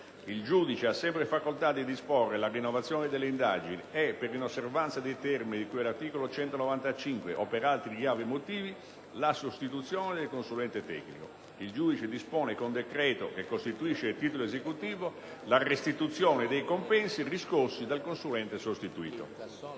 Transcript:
Il giudice ha sempre facolta di disporre la rinnovazione delle indagini e, per inosservanza dei termini di cui all’articolo 195 o per altri gravi motivi, la sostituzione del consulente tecnico. Il giudice dispone, con decreto che costituisce titolo esecutivo, la restituzione dei compensi riscossi dal consulente sostituito”».